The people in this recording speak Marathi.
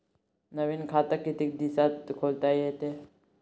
नवीन खात कितीक दिसात खोलता येते?